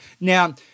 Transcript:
Now